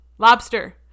Lobster